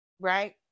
right